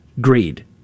greed